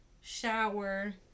shower